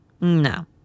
No